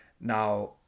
Now